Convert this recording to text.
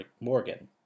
morgan